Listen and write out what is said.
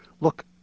look